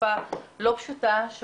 תקופה לא פשוטה,